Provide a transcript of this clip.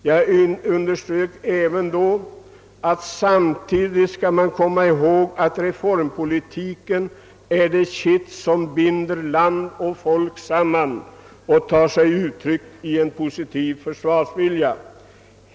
Jag underströk även att man samtidigt skulle komma ihåg att reformpolitiken är det kitt som binder land och folk samman och tar sig uttryck i en positiv försvarsvilja.